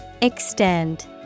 Extend